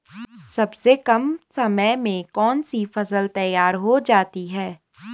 सबसे कम समय में कौन सी फसल तैयार हो जाती है?